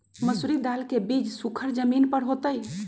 मसूरी दाल के बीज सुखर जमीन पर होतई?